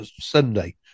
Sunday